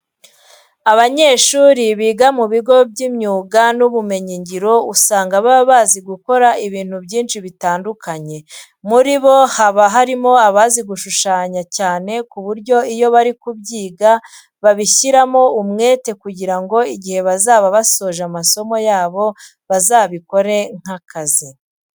Abanyeshuri biga mu bigo by'imyuga n'ubumenyingiro usanga baba bazi gukora ibintu byinshi bitandukanye. Muri bo haba harimo abazi gushushanya cyane ku buryo iyo bari kubyiga babishyiramo umwete kugira ngo igihe bazaba basoje amasomo yabo bazabikore nk'akazi.